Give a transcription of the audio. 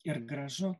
ir gražu